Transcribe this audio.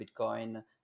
Bitcoin